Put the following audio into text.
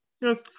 yes